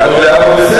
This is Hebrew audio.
מכאן ולהבא,